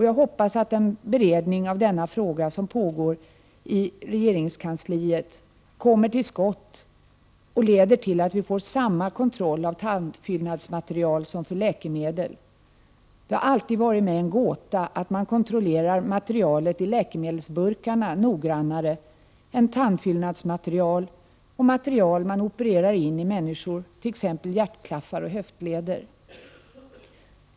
Jag hoppas att den beredning av denna fråga som pågår i regeringskansliet leder till att vi får samma kontroll av tandfyllnadsmaterial som för läkemedel. Det har alltid varit mig en gåta att man kontrollerar materialet i läkemedelsburkarna noggrannare än tandfyllnadsmaterial och material man opererar in i människor, t.ex. hjärtklaffar och höftleder.